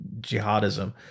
jihadism